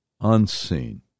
unseen